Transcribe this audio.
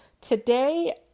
today